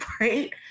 right